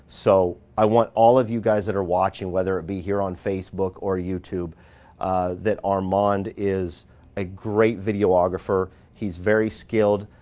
so i want all of you guys that are watching whether it be here on facebook or youtube that armand is a great videographer. he's very skilled,